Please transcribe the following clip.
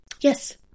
Yes